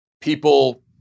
People